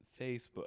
Facebook